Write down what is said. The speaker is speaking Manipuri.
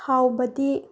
ꯍꯥꯎꯕꯗꯤ